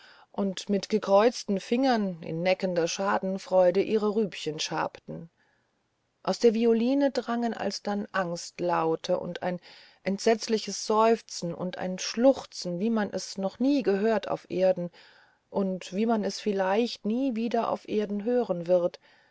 und mit den gekreuzten fingern in neckender schadenfreude ihre rübchen schabten aus der violine drangen alsdann angstlaute und ein entsetzliches seufzen und ein schluchzen wie man es noch nie gehört auf erden und wie man es vielleicht nie wieder auf erden hören wird